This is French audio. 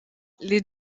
les